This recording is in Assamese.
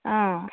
অ